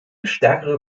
stärkere